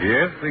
Yes